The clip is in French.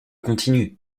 continue